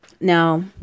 Now